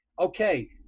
okay